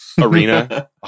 arena